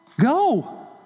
Go